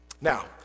Now